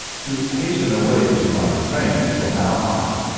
to hasten away to my train for nauheim,